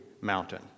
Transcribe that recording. mountain